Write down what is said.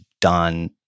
done